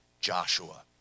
Joshua